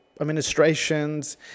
administrations